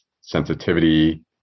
sensitivity